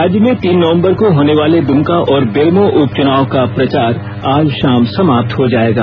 राज्य में तीन नवंबर को होने वाले दुमका और बेरमो उपचुनाव का प्रचार आज शाम समाप्त हो जायेगा